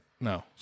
No